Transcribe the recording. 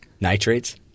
Nitrates